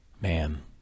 man